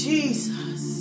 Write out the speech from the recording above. Jesus